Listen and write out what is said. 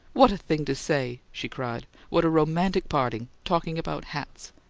what a thing to say! she cried. what a romantic parting talking about hats!